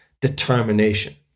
determination